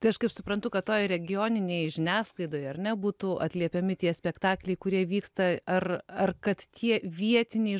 tai aš kaip suprantu kad toj regioninėj žiniasklaidoj ar ne būtų atliepiami tie spektakliai kurie vyksta ar ar kad tie vietiniai